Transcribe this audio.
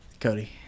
Cody